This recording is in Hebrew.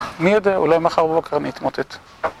מי יודע, אולי מחר בבוקר אני אתמוטט